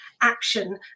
action